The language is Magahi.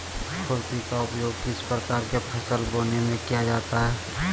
खुरपी का उपयोग किस प्रकार के फसल बोने में किया जाता है?